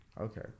Okay